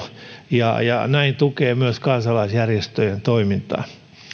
ja ja näin tukevat myös kansalaisjärjestöjen toimintaa